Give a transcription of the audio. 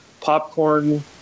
popcorn